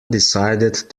decided